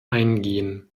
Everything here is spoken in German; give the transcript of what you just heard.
eingehen